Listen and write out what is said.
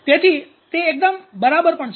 તેથી તે એકદમ બરાબર પણ છે